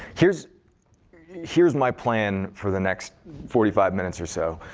here's here's my plan for the next forty five minutes or so.